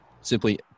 simply